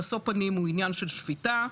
משוא פנים הוא עניין של שפיטה.